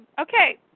Okay